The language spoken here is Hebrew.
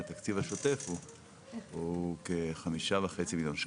התקציב השוטף הוא כ-5.5 מיליון שקלים.